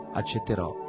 accetterò